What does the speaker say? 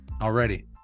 already